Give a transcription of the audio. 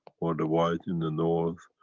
or the white in the north,